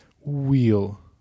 wheel